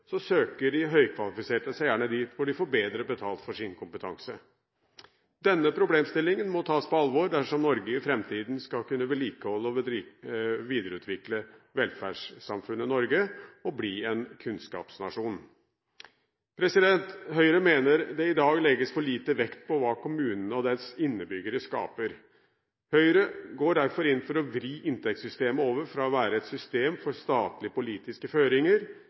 søker de høykvalifiserte seg gjerne dit hvor de får bedre betalt for sin kompetanse. Denne problemstillingen må tas på alvor dersom Norge i framtiden skal kunne vedlikeholde og videreutvikle velferdssamfunnet Norge og bli en kunnskapsnasjon. Høyre mener det i dag legges for lite vekt på hva kommunene og deres innbyggere skaper. Høyre går derfor inn for å vri inntektssystemet over fra å være et system for statlig politiske føringer